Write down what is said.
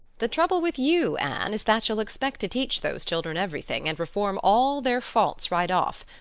the trouble with you, anne, is that you'll expect to teach those children everything and reform all their faults right off,